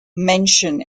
mention